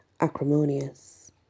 acrimonious